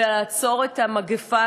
כדי לעצור את המגפה